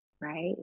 right